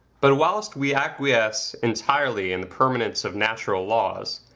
but whilst we acquiesce entirely in the permanence of natural laws,